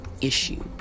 issue